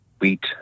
wheat